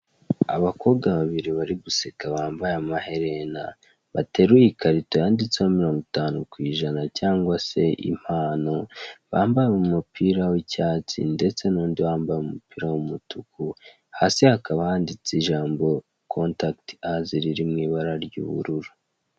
Abakobwa babiri bari guseka bambaye amaherena, bateruye ikarito yanditseho mirongo itanu ku ijana cyangwa se impano, bambaye umupira w'icyatsi ndetse n'undi wambaye umupira w'umutuku, hasi hakaba handitse kontakiti azi riri mu ibara ry'ubururu.